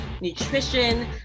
nutrition